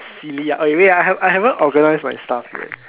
silly ah oh you wait ah I I haven't organise my stuff yet